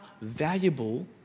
valuable